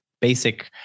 basic